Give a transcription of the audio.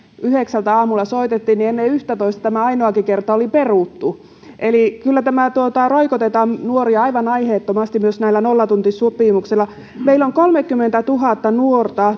yhdeksältä aamulla soitettiin ja ennen yhtätoista tämä ainoakin kerta oli peruttu kyllä nuoria roikotetaan aivan aiheettomasti näillä nollatuntisopimuksilla meillä on nollatuntisopimuksella kolmekymmentätuhatta nuorta